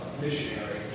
missionary